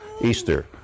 easter